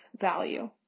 value